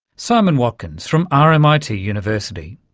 simon watkins from ah rmit university.